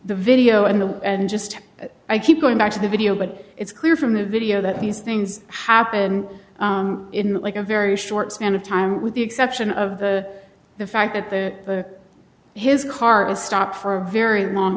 the video and the gist i keep going back to the video but it's clear from the video that these things happen in like a very short span of time with the exception of the the fact that the his car is stopped for a very long